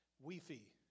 Wi-Fi